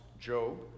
Job